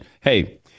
hey